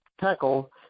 tackle